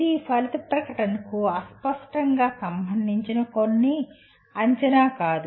ఇది ఫలిత ప్రకటనకు అస్పష్టంగా సంబంధించిన కొన్ని అంచనా కాదు